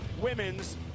Women's